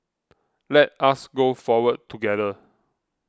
let us go forward together